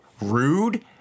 rude